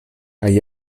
kaj